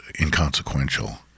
inconsequential